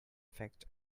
effect